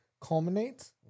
culminates